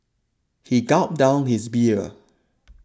he gulped down his beer